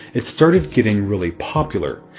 it started getting really popular.